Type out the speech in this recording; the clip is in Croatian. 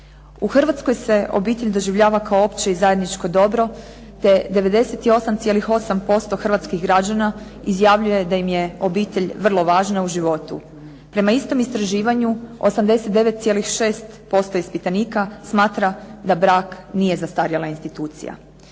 U Hrvatskoj se obitelj doživljava kao opće i zajedničko dobro te 98,8% hrvatskih građana izjavljuje da im je obitelj vrlo važna u životu. Prema istom istraživanju 89,6% ispitanika smatra da brak nije zastarjela institucija.